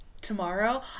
Tomorrow